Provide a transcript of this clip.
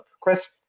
Chris